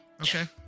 okay